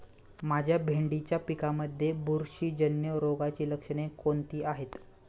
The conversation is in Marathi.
माझ्या भेंडीच्या पिकामध्ये बुरशीजन्य रोगाची लक्षणे कोणती आहेत?